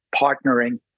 partnering